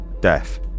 death